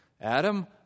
Adam